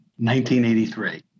1983